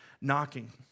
knocking